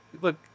Look